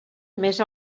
més